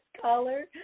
caller